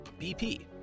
BP